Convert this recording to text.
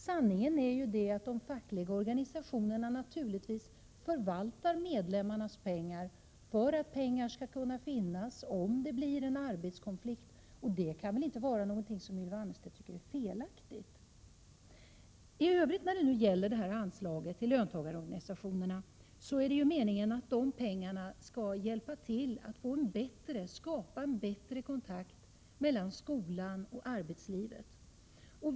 Sanningen är den att de fackliga organisationerna förvaltar medlemmarnas pengar för att det skall finnas pengar om det blir en arbetskonflikt. Det kan väl inte vara något som Ylva Annerstedt tycker är Prot. 1987/88:90 felaktigt? 23 mars 1988 Det är meningen att anslaget till löntagarorganisationerna skall hjälpa till att skapa en bättre kontakt mellan skolan och arbetslivet.